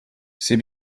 c’est